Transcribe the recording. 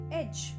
edge